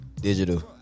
Digital